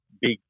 big